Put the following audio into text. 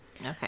Okay